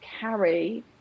carry